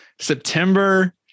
September –